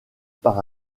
par